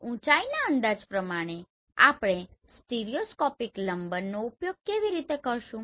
ઊચાઇના અંદાજમાં આપણે સ્ટીરિયોસ્કોપિક લંબનનો ઉપયોગ કેવી રીતે કરીશું